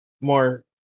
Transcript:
more